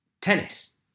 tennis